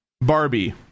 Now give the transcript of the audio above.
Barbie